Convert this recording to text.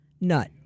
nut